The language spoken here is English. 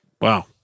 Wow